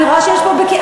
אני רואה שיש פה בקיעים,